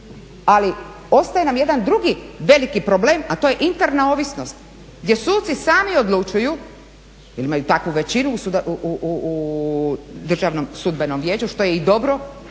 Ali ostaje nam jedan drugi veliki problem, a to je interna ovisnost gdje suci sami odlučuju, jer imaju takvu većinu u Državnom sudbenom vijeću što je i dobro.